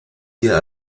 wir